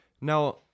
Now